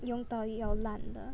用到要烂的